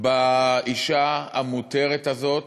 באישה המותרת הזאת,